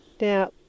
Now